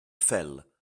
fell